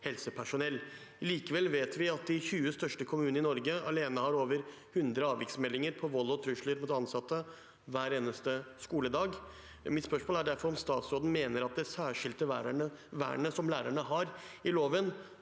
helsepersonell. Likevel vet vi at de 20 største kommunene i Norge alene har over 100 avviksmeldinger på vold og trusler mot ansatte hver eneste skoledag. Mitt spørsmål er derfor om statsråden mener at det særskilte vernet lærerne har i loven,